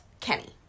Kenny